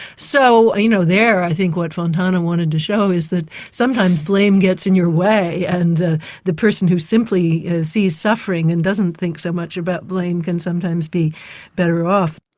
so you know, there i think what fontane wanted to show is that sometimes blame gets in your way and the the person who simply sees suffering and doesn't think so much about blame can sometimes be better off.